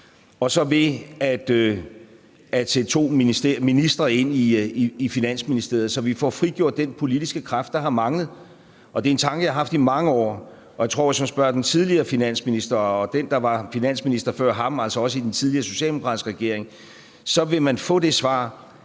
dels ved at sætte to ministre ind i Finansministeriet, så vi får frigjort den politiske kraft, der har manglet. Det er en tanke, jeg har haft i mange år, og jeg tror, at hvis man spørger den tidligere finansminister og den, der var finansminister før ham, altså også i den tidligere socialdemokratiske regering, så vil man få det svar,